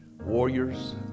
Warriors